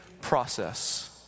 process